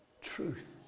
Truth